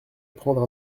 prendre